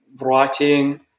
writing